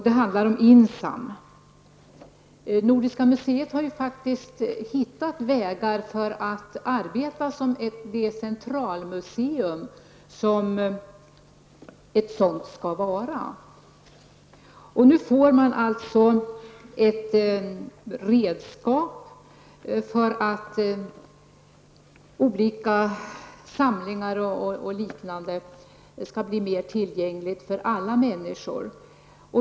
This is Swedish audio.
Det handlar om INSAM. Nordiska museet har faktiskt hittat vägar för att arbeta som det centralmuseum som det skall vara. Nu får man alltså ett redskap för att olika samlingar skall kunna bli mer tillgängliga för alla människor.